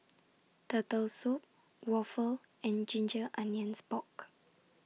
Turtle Soup Waffle and Ginger Onions Pork